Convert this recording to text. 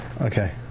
Okay